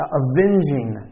avenging